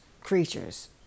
creatures